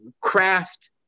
craft